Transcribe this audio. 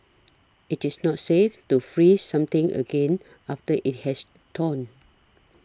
it is not safe to freeze something again after it has thawed